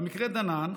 במקרה דנן,